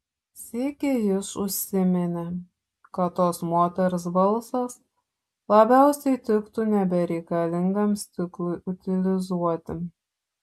sykį jis užsiminė kad tos moters balsas labiausiai tiktų nebereikalingam stiklui utilizuoti